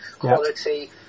quality